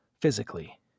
physically